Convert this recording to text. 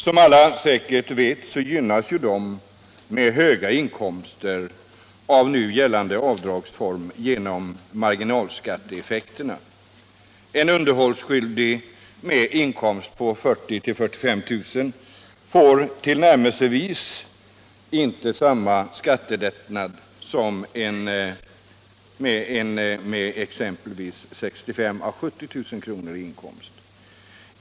Som alla säkert vet gynnas de med höga inkomster av nu gällande avdragsform genom marginalskatteeffekterna. En underhållsskyldig med inkomst på 40 000-45 000 kr. får inte till närmelsevis samma skattelättnad som en med exempelvis 65 000-70 000 i inkomst.